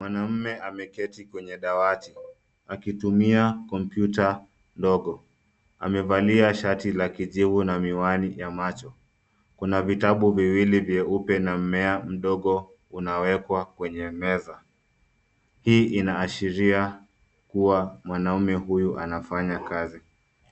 Mwanaume ameketi kwenye dawati, akitumia kompyuta ndogo. Amevalia shati la kijivu na miwani ya macho. Kuna vitabu viwili vyeupe na mimea mdogo unawekwa kwenye meza. Hii inaashiria kuwa mwanaume huyu anafanya kazi.